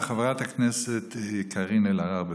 חברת הכנסת קארין אלהרר, בבקשה.